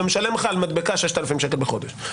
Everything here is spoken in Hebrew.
ומשלם לך על מדבקה 6,000 שקלים בחודש,